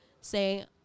Say